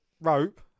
rope